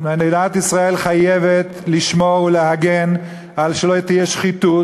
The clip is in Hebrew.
חייבת לשמור ולהגן שלא תהיה שחיתות,